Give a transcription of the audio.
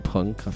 Punk